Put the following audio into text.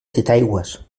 titaigües